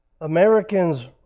Americans